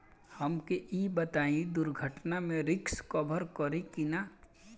हमके ई बताईं दुर्घटना में रिस्क कभर करी कि ना?